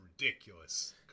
ridiculous